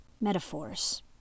metaphors